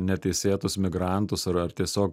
neteisėtus migrantus ar ar tiesiog